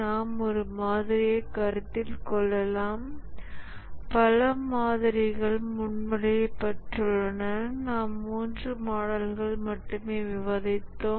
நாம் ஒரு மாதிரியைக் கருத்தில் கொள்ளலாம் பல மாதிரிகள் முன்மொழியப்பட்டுள்ளன நாம் மூன்று மாடல்கள் மட்டுமே விவாதித்தோம்